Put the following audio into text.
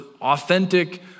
authentic